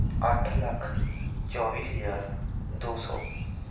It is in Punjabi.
ਅੱਠ ਲੱਖ ਚੌਵੀ ਹਜ਼ਾਰ ਦੋ ਸੌ